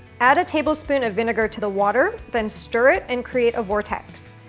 add a tablespoon of vinegar to the water then stir it and create a vortex.